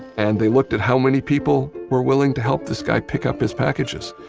and they looked at how many people were willing to help this guy pick up his packages,